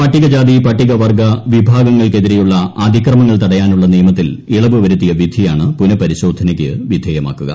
പട്ടികജാതി പട്ടികവർഗ്ഗ വിഭാഗങ്ങൾ ക്കെതിരെയുള്ള അതിക്രമങ്ങൾ തടയാനുള്ള നിയമത്തിൽ ഇളവ് വരുത്തിയ വിധിയാണ് പുനഃപരിശോധനയ്ക്ക് വിധേയമാക്കുക